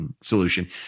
Solution